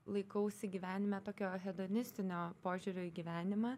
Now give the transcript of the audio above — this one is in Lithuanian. laikausi gyvenime tokio hedonistinio požiūrio į gyvenimą